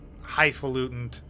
Highfalutin